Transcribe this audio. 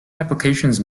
applications